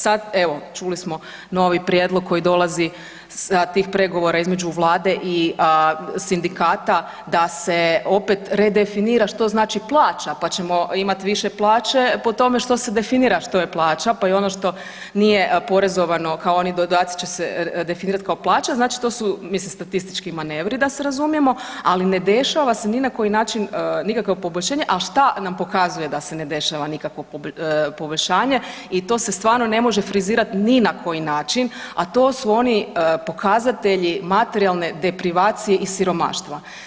Sad evo čuli smo novi prijedlog koji dolazi sa tih pregovora između vlade i sindikata da se opet redefinira što znači plaća, pa ćemo imat više plaće po tome što se definira što je plaća, pa i ono što nije porezovano kao oni dodaci će se definirat kao plaća, znači to su mislim statistički manevri da se razumijemo, ali ne dešava se ni na koji način nikakvo poboljšanje, al šta nam pokazuje da se ne dešava nikakvo poboljšanje i to se stvarno ne može frizirat ni na koji način, a to su oni pokazatelji materijalne deprivacije i siromaštva.